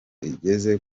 igeze